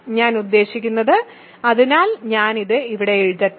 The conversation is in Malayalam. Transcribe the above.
ഞാൻ ഉദ്ദേശിക്കുന്നത് അതിനാൽ ഞാൻ അത് ഇവിടെ എഴുതട്ടെ